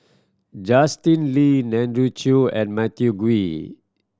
Justin Lean Andrew Chew and Matthew Ngui